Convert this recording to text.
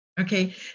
Okay